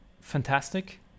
fantastic